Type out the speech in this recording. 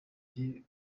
ari